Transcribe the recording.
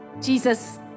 Jesus